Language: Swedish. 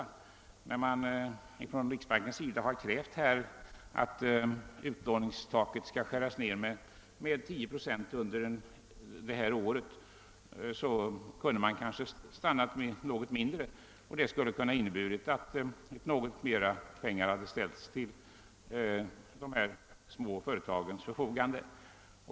Riksbanken har krävt att utlåningstaket skall sänkas med 10 procent detta år. Om man hade stannat vid en något mindre sänkning skulle det ha kunnat innebära att mer pengar hade ställts till de små företagens förfogande.